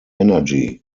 energy